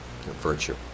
virtue